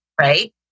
right